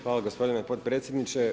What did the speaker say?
Hvala gospodine potpredsjedniče.